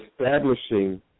establishing